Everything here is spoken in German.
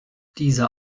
dieser